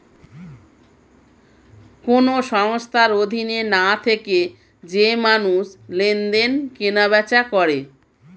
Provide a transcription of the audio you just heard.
কোন সংস্থার অধীনে না থেকে যে মানুষ লেনদেন, কেনা বেচা করে